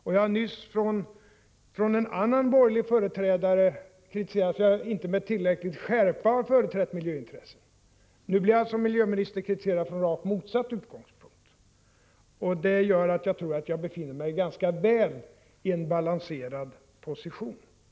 Jag har nyss från en annan borgerlig ledamot kritiserats för att jag inte med tillräcklig skärpa har företrätt miljöintressena. Nu blir alltså miljöministern kritiserad från rakt motsatt utgångspunkt. Det gör att jag tror att jag befinner mig i en ganska väl balanserad position. Herr talman!